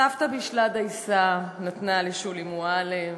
סבתא בישלה דייסה: נתנה לשולי מועלם,